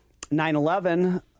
9-11